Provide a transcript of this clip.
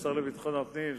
השר לביטחון הפנים,